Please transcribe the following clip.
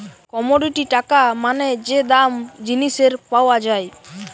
commodity টাকা মানে যে দাম জিনিসের পাওয়া যায়